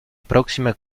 próxima